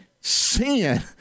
sin